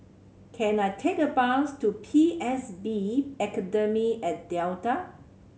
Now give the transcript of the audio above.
can I take a bus to P S B Academy at Delta